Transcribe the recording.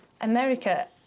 America